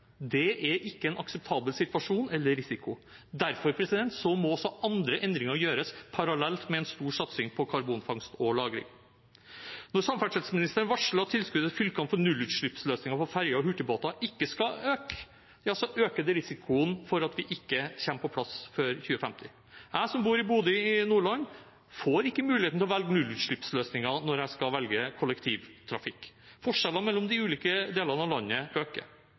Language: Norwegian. Det er ikke en akseptabel situasjon eller risiko. Derfor må også andre endringer gjøres parallelt med en stor satsing på karbonfangst og -lagring. Når samferdselsministeren varsler at tilskuddet til fylkene for nullutslippsløsninger for ferger og hurtigbåter ikke skal øke, øker det risikoen for at vi ikke kommer på plass før 2050. Jeg som bor i Bodø i Nordland, får ikke muligheten til å velge nullutslippsløsninger når jeg skal velge kollektivtrafikk. Forskjellene mellom de ulike delene av landet øker.